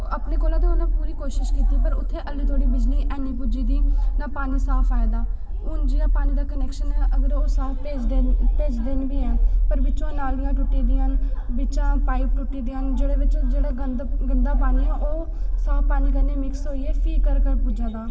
अपने कोला ते उन्नै पूरी कोशिश कीती पर उत्थैं ऐल्ली धोड़ी बिजली हैनी पुज्जी दी ना पानी साफ आए दा हून जियां पानी दा कनेक्शन अगर ओह् साफ भेजदे न भेजदे बी हैन पर बिच्चूं नालियां टुट्टी दियां न बिच्चा पाइप टुट्टी दियां न जेह्ड़े बिच्च जेह्ड़ा गंद गंदा पानी ओह् साफ पानी कन्नै मिक्स होइयै फ्ही घर घर पुज्जै दा